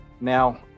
Now